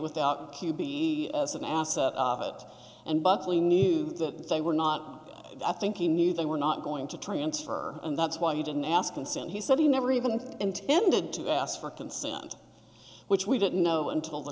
without q b as an asset and buckley knew that they were not i think he knew they were not going to transfer and that's why you didn't ask consent he said he never even intended to ask for consent which we didn't know until the